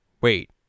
wait